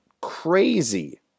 crazy